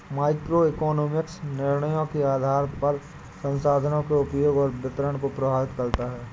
microeconomics निर्णयों के आधार पर संसाधनों के उपयोग और वितरण को प्रभावित करता है